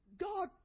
God